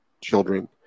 children